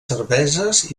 cerveses